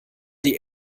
die